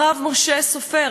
הרב משה סופר,